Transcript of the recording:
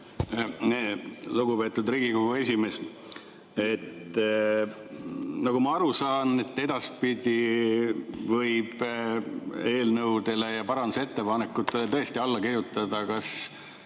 Lugupeetud Riigikogu esimees! Nagu ma aru saan, võib edaspidi eelnõudele ja parandusettepanekutele tõesti alla kirjutada kas